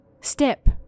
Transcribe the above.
step